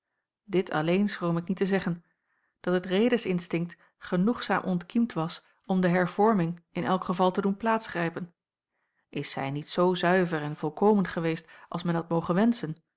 dit alleen schroom ik niet te zeggen dat het redes instinkt genoegzaam ontkiemd was om de hervorming in elk geval te doen plaats grijpen is zij niet zoo zuiver en volkomen geweest als men had mogen wenschen